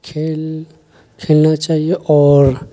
کھیل کھیلنا چاہیے اور